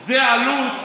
עזוב.